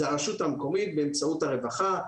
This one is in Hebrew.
היא הרשות המקומית באמצעות הרווחה.